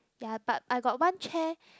ya but I got one chair